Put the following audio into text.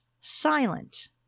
silent